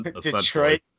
Detroit